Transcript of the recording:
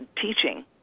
teaching